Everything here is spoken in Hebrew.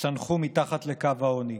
צנחו מתחת לקו העוני.